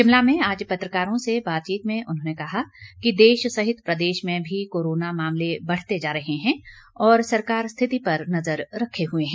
शिमला में आज पत्रकारों से बातचीत में उन्होंने कहा कि देश सहित प्रदेश में भी कोरोना मामले बढ़ते जा रहे हैं और सरकार स्थिति पर नज़र रखे हुए है